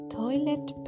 toilet